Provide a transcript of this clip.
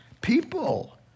People